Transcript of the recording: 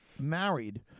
married